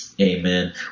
Amen